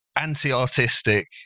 anti-artistic